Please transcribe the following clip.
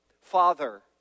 father